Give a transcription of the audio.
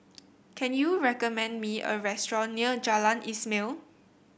can you recommend me a restaurant near Jalan Ismail